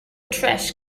trash